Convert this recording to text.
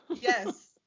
Yes